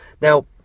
Now